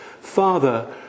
Father